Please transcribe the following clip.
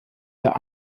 der